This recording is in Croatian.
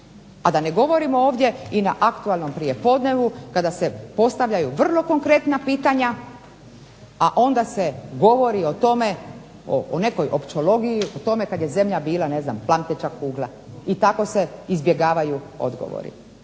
A da ne govorimo ovdje i na aktualnom prijepodnevu kada se postavljaju vrlo konkretna pitanja, a onda se govori o tome, o nekoj …/Ne razumije se./… o tome kad je zemlja bila plamteća kugla i tako se izbjegavaju odgovori.